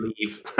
leave